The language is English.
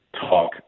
talk